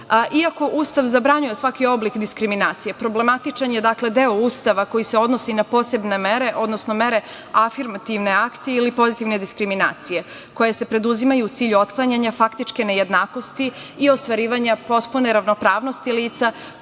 Ustav zabranjuje svaki oblik diskriminacije, problematičan je deo Ustava koji se odnosi na posebne mere, odnosno mere afirmativne akcije ili pozitivne diskriminacije koje se preduzimaju u cilju otklanjanja faktičke nejednakosti i ostvarivanja potpune ravnopravnosti lica